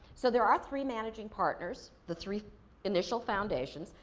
so, there are three managing partners, the three initial foundations,